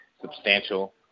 substantial